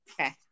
Okay